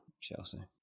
Chelsea